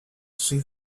see